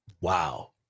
Wow